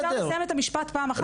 אפשר לסיים את המשפט פעם אחת?